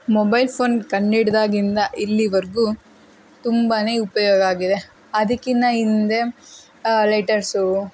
mobile phone ಕಂಡು ಹಿಡ್ದಾಗಿಂದ ಇಲ್ಲಿಯವರ್ಗೂ ತುಂಬ ಉಪಯೋಗ ಆಗಿದೆ ಅದಕ್ಕಿಂತ ಹಿಂದೆ ಲೆಟರ್ಸೂ